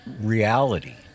reality